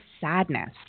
sadness